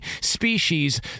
species